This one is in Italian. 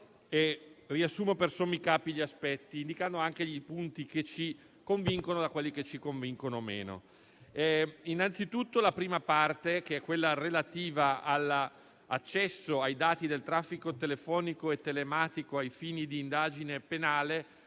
ne riassumo per sommi capi gli aspetti, indicando anche i punti che ci convincono e quelli che ci convincono di meno. Innanzitutto, la prima parte, quella relativa all'accesso ai dati del traffico telefonico e telematico ai fini di indagine penale,